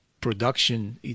production